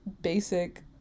basic